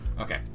Okay